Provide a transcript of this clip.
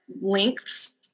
lengths